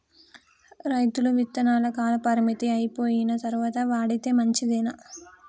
రైతులు విత్తనాల కాలపరిమితి అయిపోయిన తరువాత వాడితే మంచిదేనా?